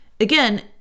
again